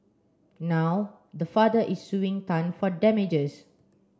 now the father is suing Tan for damages